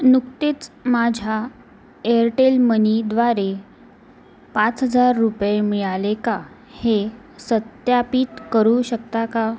नुकतेच माझ्या Airtel money द्वारे पाच हजार रुपये मिळाले का हे सत्यापित करू शकता का